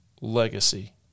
legacy